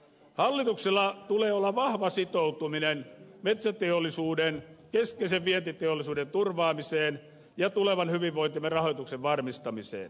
hallituksella tulee olla vahva sitoutuminen metsäteollisuuden keskeisen vientiteollisuuden turvaamiseen ja tulevan hyvinvointimme rahoituksen varmistamiseen